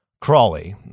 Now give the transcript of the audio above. Crawley